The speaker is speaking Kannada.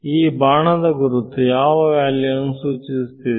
ಈ ಬಾಣದ ಗುರುತು ಯಾವ ವ್ಯಾಲ್ಯೂ ವನ್ನು ಸೂಚಿಸುತ್ತಿದೆ